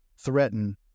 threaten